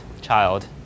child